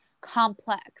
complex